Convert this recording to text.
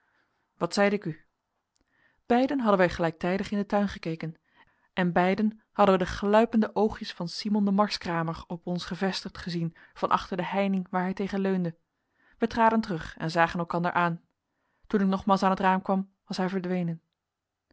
wat zeide ik u beiden hadden wij gelijktijdig in den tuin gekeken en beiden hadden wij de gluipende oogjes van simon den marskramer op ons gevestigd gezien van achter de heining waar hij tegen leunde wij traden terug en zagen elkanderen aan toen ik nogmaals aan t raam kwam was hij verdwenen